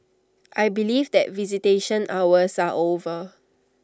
I believe that visitation hours are over